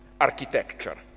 architecture